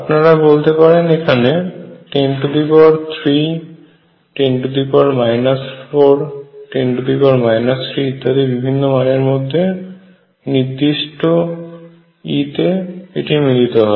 আপনারা বলতে পারেন এখানে 103 10 4 10 3 ইত্যাদি বিভিন্ন মানের মধ্যে নির্দিষ্ট E তে এটি মিলিত হয়